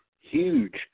huge